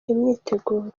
imyiteguro